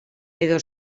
edo